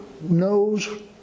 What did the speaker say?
knows